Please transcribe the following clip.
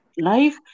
Life